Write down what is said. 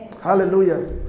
Hallelujah